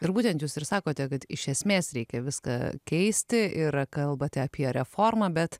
ir būtent jūs ir sakote kad iš esmės reikia viską keisti ir kalbate apie reformą bet